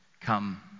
Come